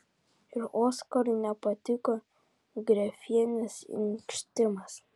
ir oskarui nepatiko grefienės inkštimas